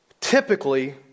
typically